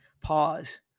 pause